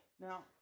Now